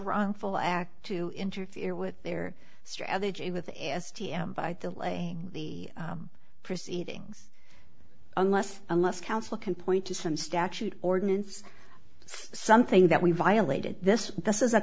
wrongful act to interfere with their strategy with s t m by delaying the proceedings unless unless counsel can point to some statute ordinance something that we violated this this is a